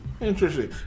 interesting